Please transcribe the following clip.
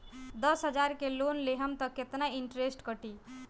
दस हजार के लोन लेहम त कितना इनट्रेस कटी?